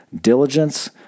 Diligence